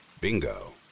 Bingo